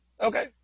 okay